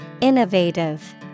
Innovative